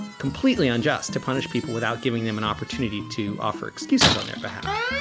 completely unjust to punish people without giving them an opportunity to offer excuses on their behalf.